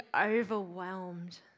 overwhelmed